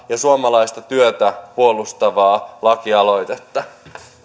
ja suomalaista työtä puolustavaa lakialoitetta